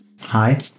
Hi